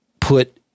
put